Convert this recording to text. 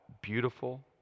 beautiful